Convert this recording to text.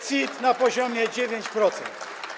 CIT na poziomie 9%.